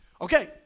Okay